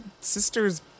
sister's